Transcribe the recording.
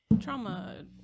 trauma